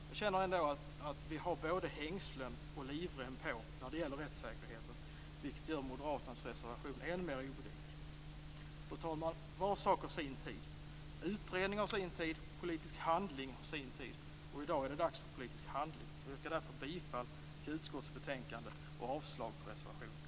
Jag känner ändå att vi har både hängslen och livrem på när det gäller rättssäkerheten, vilket gör moderaternas reservation än mer obegriplig. Fru talman! Var sak har sin tid. Utredning har sin tid, och politisk handling har sin tid. I dag är det dags för politisk handling. Jag yrkar därför bifall till hemställan i utskottets betänkande och avslag på reservationerna.